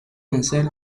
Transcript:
lanzar